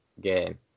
game